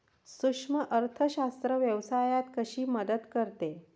सूक्ष्म अर्थशास्त्र व्यवसायात कशी मदत करते?